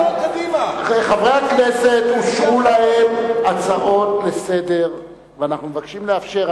חברי הכנסת אושרו להם הצעות לסדר-היום ואנחנו מבקשים לאפשר.